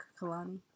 Kalani